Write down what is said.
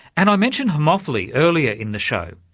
and i mentioned homophily earlier in the show.